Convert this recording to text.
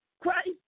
Christ